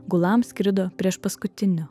gulam skrido priešpaskutiniu